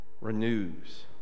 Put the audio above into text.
renews